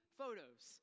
photos